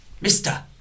Mister